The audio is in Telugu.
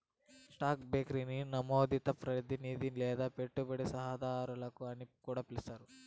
స్టాక్ బ్రోకర్ని నమోదిత ప్రతినిది లేదా పెట్టుబడి సలహాదారు అని కూడా పిలిస్తారు